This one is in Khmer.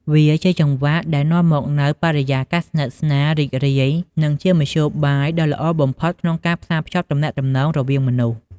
វាជាចង្វាក់ដែលនាំមកនូវបរិយាកាសស្និទ្ធស្នាល រីករាយ និងជាមធ្យោបាយដ៏ល្អបំផុតក្នុងការផ្សារភ្ជាប់ទំនាក់ទំនងរវាងមនុស្ស។